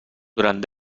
durant